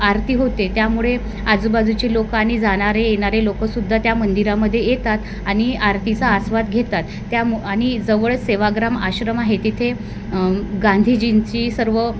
आरती होते त्यामुळे आजूबाजूचे लोक आणि जाणारे येणारे लोकं सुद्धा त्या मंदिरामध्ये येतात आणि आरतीचा आस्वाद घेतात त्यामु आणि जवळ सेवाग्राम आश्रम आहे तिथे गांधीजींची सर्व